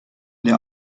der